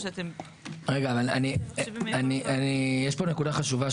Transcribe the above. יש פה נקודה חשובה,